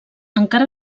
encara